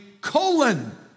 colon